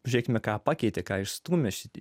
žiūrėkime ką pakeitė ką išstūmė šit